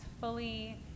fully